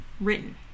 written